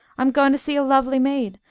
i'm ga'en to see a lovely maid,